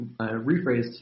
rephrased